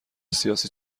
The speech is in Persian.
سیاسی